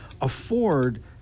afford